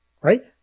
right